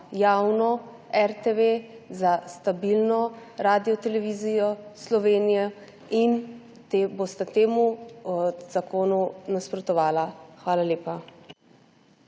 javno RTV, za stabilno Radiotelevizijo Slovenija in bosta temu zakonu nasprotovala. Hvala lepa.